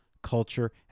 culture